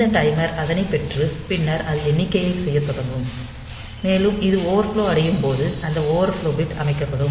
இந்த டைமர் அதனைப் பெற்று பின்னர் அது எண்ணிக்கையைச் செய்யத் தொடங்கும் மேலும் அது ஓவர்ஃப்லோ அடையும்போது இந்த ஓவர்ஃப்லோ பிட் அமைக்கப்படும்